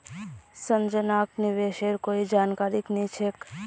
संजनाक निवेशेर कोई जानकारी नी छेक